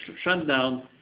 shutdown